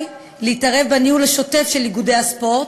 להתערב בניהול השוטף של איגודי הספורט,